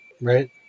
right